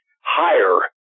higher